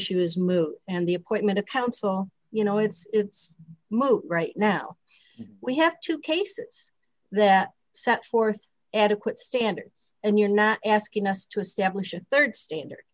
issue is moot and the appointment of counsel you know it's most right now we have two cases that set forth adequate standards and you're not asking us to establish a rd standard